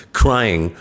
crying